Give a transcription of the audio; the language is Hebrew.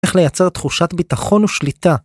‫איך לייצר תחושת ביטחון ושליטה.